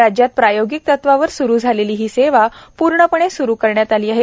राज्यात प्रायोगिक तत्वावर सुरू झालेली ही सेवा पूर्णपणे सुरू करण्यात आली आहे